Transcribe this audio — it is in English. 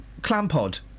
Clampod